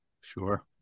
Sure